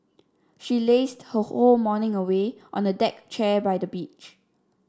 she lazed her whole morning away on a deck chair by the beach